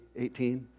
18